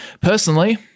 personally